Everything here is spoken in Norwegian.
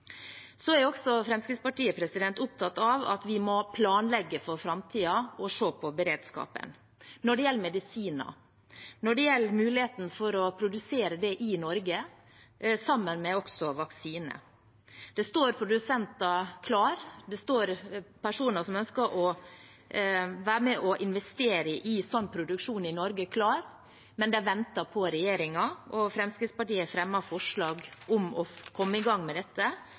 Så er også Fremskrittspartiet opptatt av at vi må planlegge for framtiden og se på beredskapen når det gjelder medisiner, når det gjelder mulighet for å produsere det i Norge, sammen med vaksine. Det står produsenter klare – det står personer som ønsker å være med og investere i sånn produksjon i Norge, klare – men de venter på regjeringen. Fremskrittspartiet har fremmet forslag om å komme i gang med dette,